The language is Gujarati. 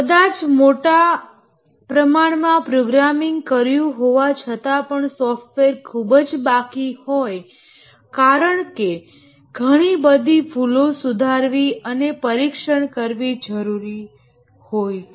કદાચ મોટા પ્રમાણમાં પ્રોગ્રામિંગ કર્યું હોવા છતાં પણ સોફ્ટવેર ખૂબ જ બાકી હોય કારણકે ઘણી બધી ભૂલો સુધારવી અને ટેસ્ટિંગ કરવી જરૂરી હોય છે